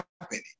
happening